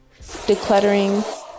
decluttering